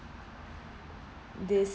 this